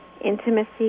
intimacy